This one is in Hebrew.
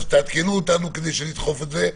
תעדכנו אותנו כדי שנדחוף את זה,